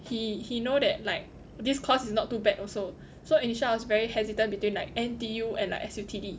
he he know that like this course is not too bad also so initially I was very hesitant between like N_T_U and S_U_T_D